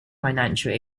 financial